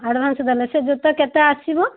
advance ଦେଲେ ସେ ଜୋତା କେତେ ଆସିବ